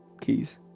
keys